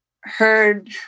heard